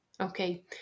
Okay